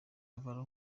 longoria